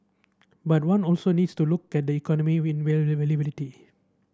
but one also needs to look at the economic